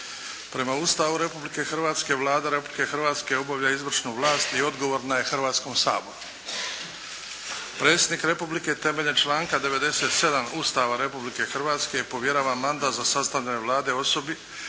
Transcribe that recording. Prema Ustavu Republike Hrvatske Vlada Republike Hrvatske obavlja izvršnu vlast i odgovorna je Hrvatskom saboru. Predsjednik Republike temeljem članka 97. Ustava Republike Hrvatske povjerava mandat za sastavljanje Vlade osobi